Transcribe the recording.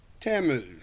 Tammuz